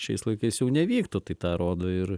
šiais laikais jau nevyktų tai tą rodo ir